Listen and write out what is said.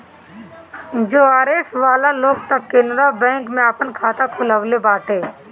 JRF वाला लोग तअ केनरा बैंक में आपन खाता खोलववले बाटे